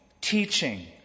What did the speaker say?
teaching